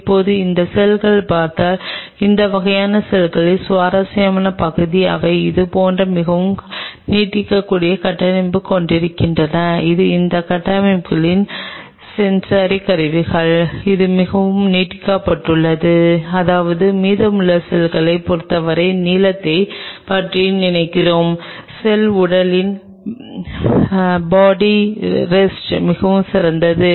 இப்போது இந்த செல்களைப் பார்த்தால் இந்த வகையான செல்களின் சுவாரஸ்யமான பகுதி அவை இது போன்ற மிக நீட்டிக்கப்பட்ட கட்டமைப்பைக் கொண்டிருக்கின்றன இது இந்த கட்டமைப்புகளின் சென்சாரி கருவியாகும் இது மிகவும் நீட்டிக்கப்பட்டுள்ளது அதாவது மீதமுள்ள செல்களை பொறுத்தவரை நீளத்தைப் பற்றி நினைக்கிறேன் செல் உடலின் பாடி ரெஸ்ட் மிகவும் சிறியது